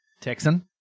Texan